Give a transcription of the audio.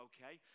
Okay